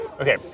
okay